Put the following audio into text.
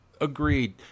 Agreed